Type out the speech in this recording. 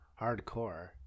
Hardcore